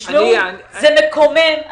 זה מקומם.